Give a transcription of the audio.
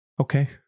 okay